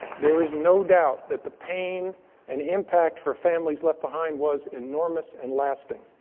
there is no doubt that the pain and impact for families left behind was enormous and lasting.